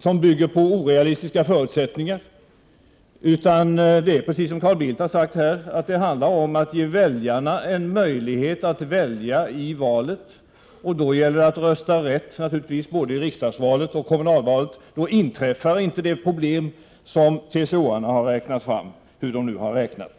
som bygger på orealistiska förutsättningar. Det handlar i stället, precis som Carl Bildt här har sagt, om att ge väljarna en möjlighet att välja i valet. Och då gäller det att rösta rätt, naturligtvis både i riksdagsvalet och i kommunalvalet. I så fall inträffar inte det problem som TCO-arna har förutspått — hur de nu har räknat.